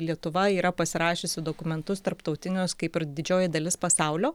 lietuva yra pasirašiusi dokumentus tarptautinius kaip ir didžioji dalis pasaulio